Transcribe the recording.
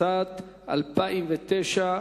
התשס"ט 2009,